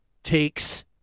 Takes